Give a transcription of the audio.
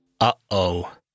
Uh-oh